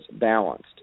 balanced